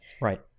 Right